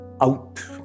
out